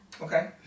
okay